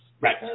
Right